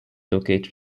located